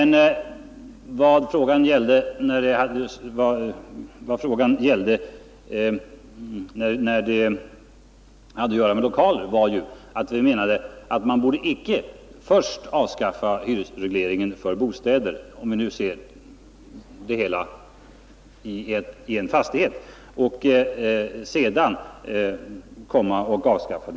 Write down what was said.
När det gäller lokalerna menade vi att man inte först borde avskaffa hyresregleringen för dessa och sedan för bostäderna i en och samma fastighet.